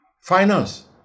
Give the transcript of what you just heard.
Finance